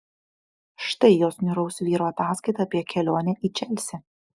štai jos niūraus vyro ataskaita apie kelionę į čelsį